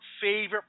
favorite